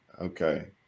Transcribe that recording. okay